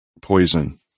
Poison